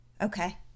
Okay